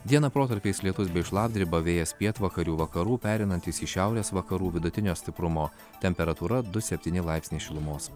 dieną protarpiais lietus bei šlapdriba vėjas pietvakarių vakarų pereinantis į šiaurės vakarų vidutinio stiprumo temperatūra du septyni laipsniai šilumos